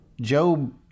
Job